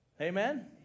Amen